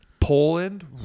Poland